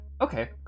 okay